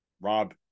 Rob